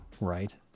right